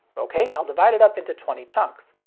ok, i'll divide it up into twenty chunks.